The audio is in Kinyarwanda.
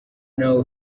nawe